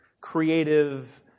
creative